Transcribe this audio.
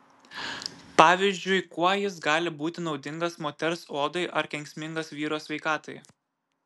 pavyzdžiui kuo jis gali būti naudingas moters odai ar kenksmingas vyro sveikatai